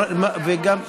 השר,